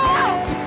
out